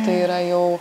tai yra jau